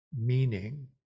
meaning